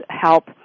help